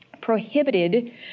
prohibited